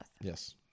Yes